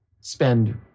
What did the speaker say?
spend